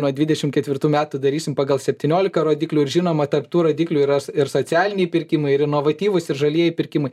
nuo dvidešim ketvirtų metų darysim pagal septyniolika rodiklių ir žinoma tarp tų rodiklių yras ir socialiniai pirkimai ir inovatyvūs ir žalieji pirkimai